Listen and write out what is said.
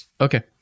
Okay